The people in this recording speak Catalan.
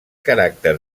caràcter